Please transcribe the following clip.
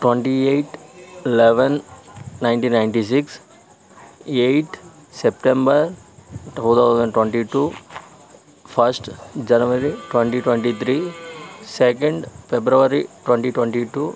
twenty eight eleven ninety ninety six eight September two thousand twenty two first January twenty twenty three second February twenty twenty two